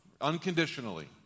unconditionally